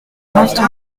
menthon